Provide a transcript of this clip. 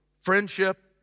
friendship